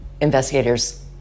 investigators